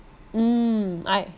mm I